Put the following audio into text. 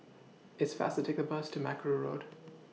It's faster to Take Bus to Mackerrow Road